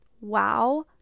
wow